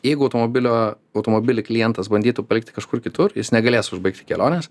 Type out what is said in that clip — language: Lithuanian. jeigu automobilio automobilį klientas bandytų palikti kažkur kitur jis negalės užbaigti kelionės